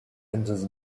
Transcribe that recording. enters